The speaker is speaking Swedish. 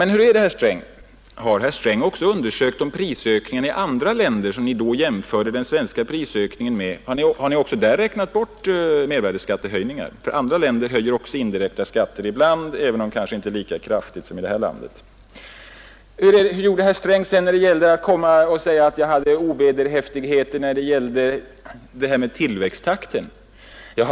Men hur är det, har herr Sträng när det gäller prisökningen i andra länder, som Ni jämförde den svenska prisökningen med, också räknat bort mervärdeskattehöjningar? Andra länder höjer också indirekta skatter ibland, även om det kanske inte blir lika kraftigt som här i landet. Hur gjorde herr Sträng sedan, då han påstod att jag for med ovederhäftigheter när det gällde tillväxttakten?